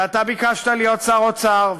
ואתה ביקשת להיות שר האוצר,